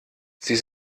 sie